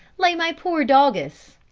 lay my poor doggess.